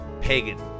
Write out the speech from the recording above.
Pagan